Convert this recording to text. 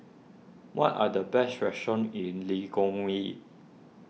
what are the best restaurants in Lilongwe